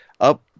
up